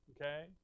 Okay